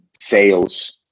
sales